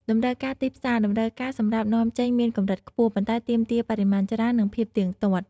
តម្រូវការទីផ្សារ តម្រូវការសម្រាប់នាំចេញមានកម្រិតខ្ពស់ ប៉ុន្តែទាមទារបរិមាណច្រើន និងភាពទៀងទាត់។